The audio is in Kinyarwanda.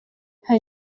hari